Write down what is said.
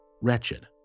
wretched